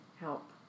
help